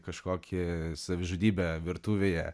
kažkokį savižudybę virtuvėje